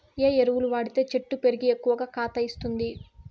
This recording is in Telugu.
ఏ ఎరువులు వాడితే చెట్టు పెరిగి ఎక్కువగా కాత ఇస్తుంది?